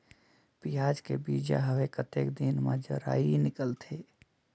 पियाज के बीजा हवे कतेक दिन मे जराई निकलथे?